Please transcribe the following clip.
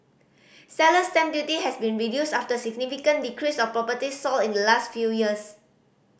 seller's stamp duty has been reduced after significant decrease of properties sold in the last few years